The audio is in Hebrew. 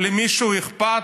למישהו אכפת?